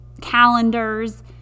calendars